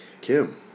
Kim